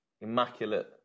immaculate